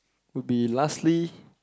will be lastly